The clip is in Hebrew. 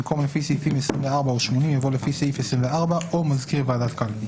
במקום "לפי סעיפים 24 או 80" יבוא "לפי סעיף 24 או מזכיר ועדת קלפי";